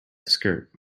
skirt